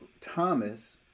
Thomas